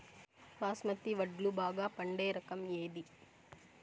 బాస్మతి వడ్లు బాగా పండే రకం ఏది